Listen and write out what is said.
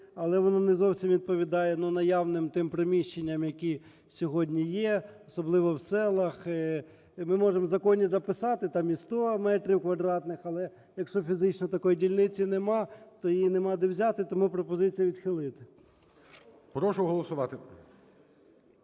але воно не зовсім відповідає наявним тим приміщенням, які сьогодні є, особливо в селах. Ми можемо в законі записати там і 100 метрів квадратних, але якщо фізично такої дільниці нема, то її нема де взяти. Тому пропозиція відхилити. ГОЛОВУЮЧИЙ. Прошу голосувати.